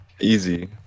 Easy